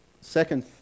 second